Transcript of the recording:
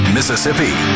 Mississippi